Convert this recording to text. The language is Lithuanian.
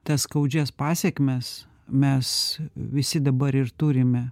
tas skaudžias pasekmes mes visi dabar ir turime